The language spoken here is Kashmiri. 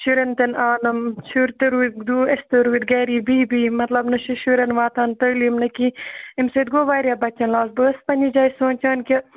شُرٮ۪ن تہِ آو نہٕ شُرۍ تہِ روٗدۍ أسۍ تہِ روٗدۍ گَرے بِہِی بِہِۍ مَطلَب نہَ چھِ شُرٮ۪ن واتان تعلیٖم نہَ کینٛہہ اَمہِ سۭتۍ گوٚو واریاہ بَچَن لاس بہٕ ٲسٕس پَنٕنہِ جایہِ سونٛچان کہِ